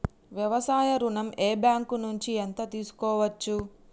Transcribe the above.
వ్యవసాయ ఋణం ఏ బ్యాంక్ నుంచి ఎంత తీసుకోవచ్చు?